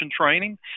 training